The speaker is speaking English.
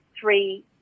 three